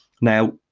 Now